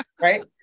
Right